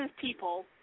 people